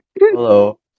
Hello